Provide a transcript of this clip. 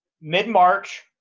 mid-March